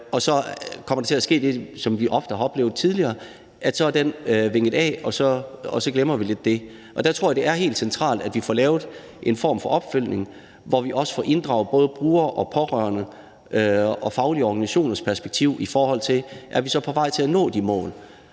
og så kommer der til at ske det, som vi ofte har oplevet tidligere, at så er den vinget af, og så glemmer vi lidt det. Der tror jeg, det er helt centralt, at vi får lavet en form for opfølgning, hvor vi også får inddraget både brugere og pårørende og faglige organisationers perspektiv, i forhold til om vi så er på vej til at nå de mål,